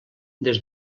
des